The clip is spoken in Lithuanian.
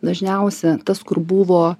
dažniausia tas kur buvo